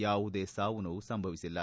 ಯಾವುದೇ ಸಾವುನೋವು ಸಂಭವಿಸಿಲ್ಲ